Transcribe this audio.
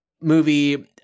movie